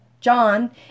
John